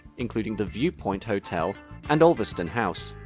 including the vue point hotel and olveston house.